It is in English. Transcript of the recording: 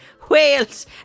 Whales